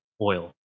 oil